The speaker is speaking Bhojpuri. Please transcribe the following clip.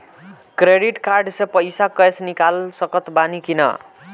क्रेडिट कार्ड से पईसा कैश निकाल सकत बानी की ना?